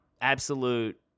absolute